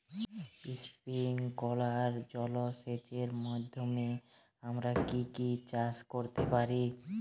Sprinkler জলসেচের মাধ্যমে আমরা কি কি চাষ করতে পারি?